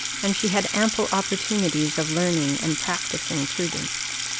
and she had ample opportunities of learning and practising prudence.